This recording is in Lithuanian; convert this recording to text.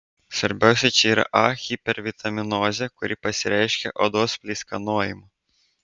svarbiausia čia yra a hipervitaminozė kuri pasireiškia odos pleiskanojimu